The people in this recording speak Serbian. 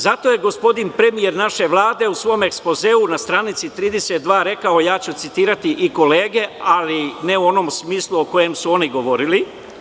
Zato je gospodin premijer naše Vlade u svom ekspozeu na stranici 32 rekao, ja ću citirati i kolege, ali ne u onom smislu o kojem su oni govorili.